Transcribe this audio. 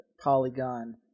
Polygon